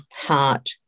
heart